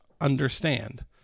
understand